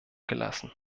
gelassen